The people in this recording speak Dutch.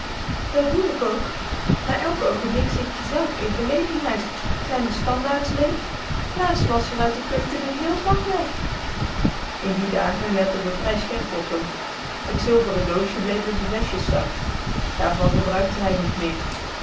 dat doe k ook maar elk oogenblik zit je zèlf in verlegenheid zijn de standaards leeg laatst was r uit de keuken n héél pak weg in die dagen letten we vrij scherp op m het zilveren doosje bleef in z'n vestjeszak daarvan gebruikte hij niet meer